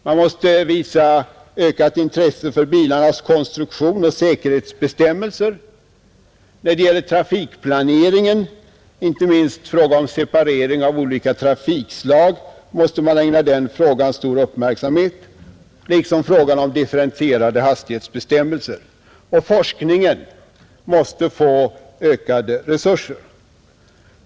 Man måste visa ökat intresse för bilarnas konstruktion och för säkerhetsbestämmelser. Trafikplaneringen, inte minst frågan om separering av olika trafikslag, måste ägnas stor uppmärksamhet, liksom frågan om differentierade hastighetsbestämmelser. Forskningen måste få ökade resurser.